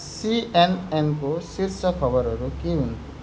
C N एनको शीर्ष खबरहरू के हुन्